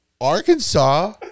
Arkansas